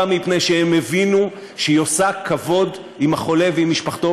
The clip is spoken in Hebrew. מפני שהם הבינו שהיא עושה כבוד לחולה ולמשפחתו.